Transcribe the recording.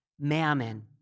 mammon